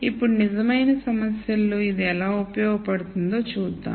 ఇప్పుడు నిజమైన సమస్యలో ఇది ఎలా ఉపయోగపడుతుందో చూద్దాం